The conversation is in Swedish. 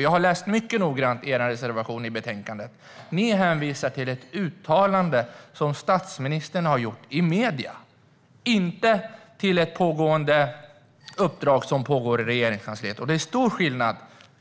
Jag har mycket noggrant läst er reservation i betänkandet. Ni hänvisar till ett uttalande som statsministern har gjort i medierna, inte till ett pågående uppdrag i Regeringskansliet. Det är stor skillnad